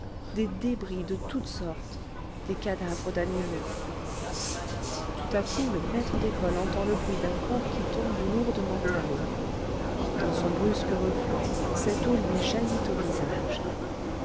des débris de toutes sortes des cadavres d'animaux tout à coup le maître d'école entend le bruit d'un corps qui tombe lourdement à l'eau dans son brusque reflux cette eau lui jaillit au visage